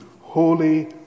Holy